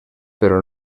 però